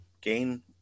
gain